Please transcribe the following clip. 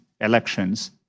elections